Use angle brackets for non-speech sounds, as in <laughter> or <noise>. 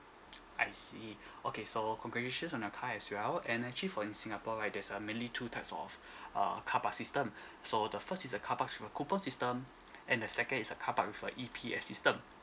I see okay so congratulation on your car as well and actually for in singapore right there's a mainly two types of <breath> err carpark system so the first is a carpark with coupon system and the second is a carpark with a E_P_S system h the electronic package system and how do you do